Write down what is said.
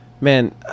Man